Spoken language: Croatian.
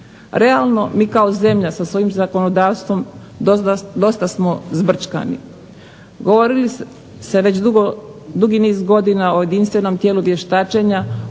Realno, mi kao zemlja sa svojim zakonodavstvom dosta smo zbrčkani. Govori se već dugi niz godina o jedinstvenom tijelu vještačenja,